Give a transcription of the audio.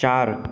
চার